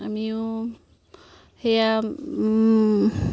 আমিও সেয়া